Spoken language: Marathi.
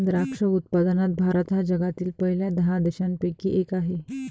द्राक्ष उत्पादनात भारत हा जगातील पहिल्या दहा देशांपैकी एक आहे